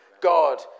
God